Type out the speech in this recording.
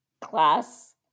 class